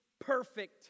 perfect